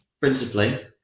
principally